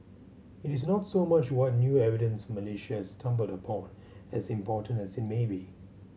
it is not so much what new evidence Malaysia has stumbled upon as important as it may be